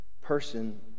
person